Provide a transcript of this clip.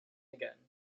again